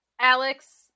Alex